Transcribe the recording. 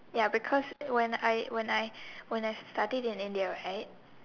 ya because when I when I when I studied in India right